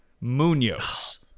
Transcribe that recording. Munoz